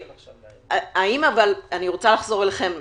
אני רוצה לחזור אליכם,